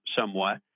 somewhat